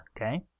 okay